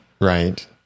Right